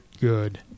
good